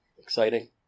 exciting